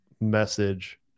message